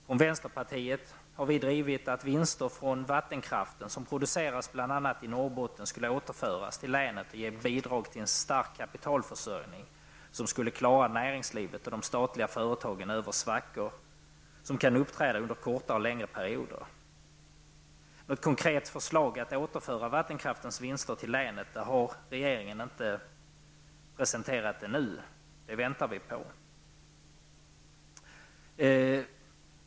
Från vänsterpartiet har vi drivit frågan att vinster från vattenkraften, som produceras i bl.a. Norrbotten, skall återföras till länet och ge bidrag till en stark kapitalförsörjning som skall klara näringslivet och de statliga företagen över svackor som kan uppträda under kortare eller längre perioder. Något konkret förslag att återföra vattenkraftens vinster till länet har regeringen ännu inte presenterat. Det väntar vi på.